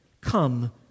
come